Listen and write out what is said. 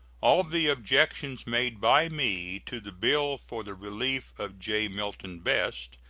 all the objections made by me to the bill for the relief of j. milton best,